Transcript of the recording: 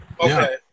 Okay